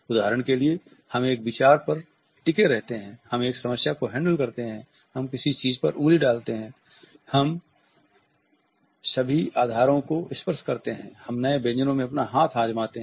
उदाहरण के लिए हम एक विचार पर टिके रहते हैं हम एक समस्या को हैंडल करते हैं हम किसी चीज पर उंगली डालते हैं हम सभी आधारों को स्पर्श करते हैं हम नए व्यंजनों में अपना हाथ आजमाते हैं